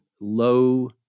low